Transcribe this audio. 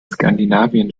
skandinavien